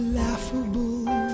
laughable